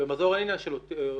במזור אין עניין של אוטיסטים.